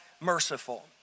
merciful